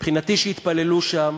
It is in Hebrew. מבחינתי שיתפללו שם.